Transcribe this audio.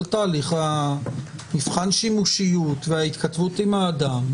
תהליך מבחן השימושיות וההתכתבות עם האדם.